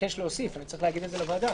שנתבקש להוסיף, אני צריך להגיד את זה לוועדה.